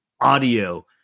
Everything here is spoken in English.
audio